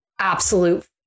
absolute